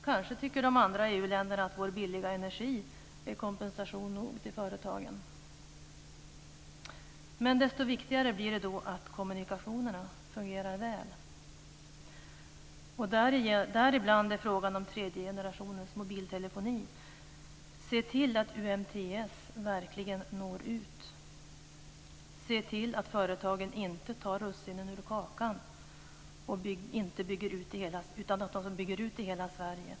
Kanske tycker de andra EU-länderna att vår billiga energi är kompensation nog till företagen. Desto viktigare blir det då att kommunikationerna fungerar väl. Där har vi bl.a. frågan om tredje generationens mobiltelefoni. Se till att UMTS verkligen når ut. Se till att företagen inte tar russinen ur kakan utan att de bygger ut i hela Sverige.